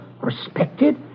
respected